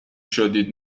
شدید